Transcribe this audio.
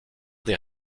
des